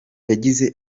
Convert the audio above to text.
yagize